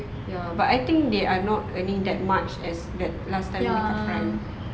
ya but I think they are not earning that much as that last time with her friend